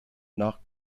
nach